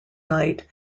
night